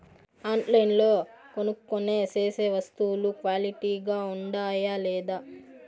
ఆన్లైన్లో కొనుక్కొనే సేసే వస్తువులు క్వాలిటీ గా ఉండాయా లేదా?